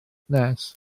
nes